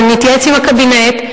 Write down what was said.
אני אתייעץ עם הקבינט.